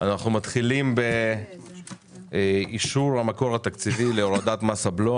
אנחנו מתחילים באישור המקור התקציבי להורדת מס הבלו,